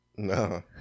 no